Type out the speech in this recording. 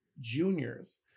juniors